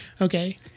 Okay